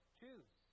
choose